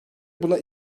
buna